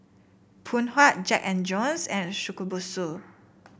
Phoon Huat Jack And Jones and Shokubutsu